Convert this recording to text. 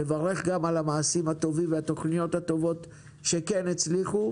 אני רוצה לברך גם על המעשים הטובים והתוכניות הטובות שכן הצליחו.